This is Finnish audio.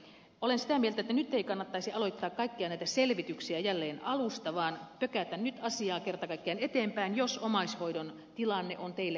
olen sitä mieltä että nyt ei kannattaisi aloittaa kaikkia näitä selvityksiä jälleen alusta vaan pökätä nyt asiaa kerta kaikkiaan eteenpäin jos omaishoidon tilanne on teillekin tärkeä